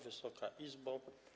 Wysoka Izbo!